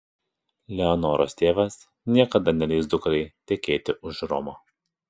leonoros tėvas niekada neleis dukrai tekėti už romo